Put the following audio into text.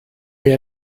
mir